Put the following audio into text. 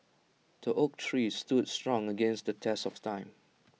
the oak tree stood strong against the test of time